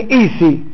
easy